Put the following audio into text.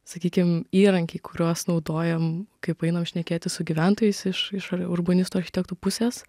sakykim įrankiai kuriuos naudojam kaip einam šnekėtis su gyventojais iš iš urbanistų architektų pusės